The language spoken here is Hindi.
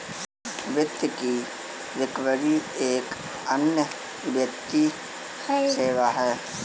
वित्त की रिकवरी एक अन्य वित्तीय सेवा है